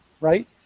right